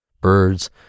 birds